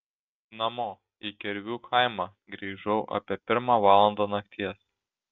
namo į kervių kaimą grįžau apie pirmą valandą nakties